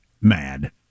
mad